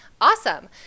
Awesome